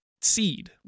seed